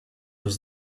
was